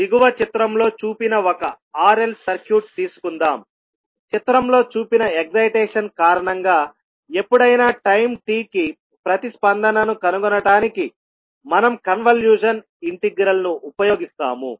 దిగువ చిత్రంలో చూపిన ఒక RL సర్క్యూట్ తీసుకుందాంచిత్రంలో చూపిన ఎక్సయిటేషన్ కారణంగా ఎప్పుడైనా టైం t కి ప్రతిస్పందనను కనుగొనడానికి మనం కన్వల్యూషన్ ఇంటెగ్రల్ ను ఉపయోగిస్తాము